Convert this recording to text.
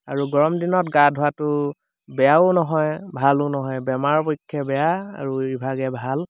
আৰু গৰম দিনত গা ধোৱাটো বেয়াও নহয় ভালো নহয় বেমাৰৰ পক্ষে বেয়া আৰু ইভাগে ভাল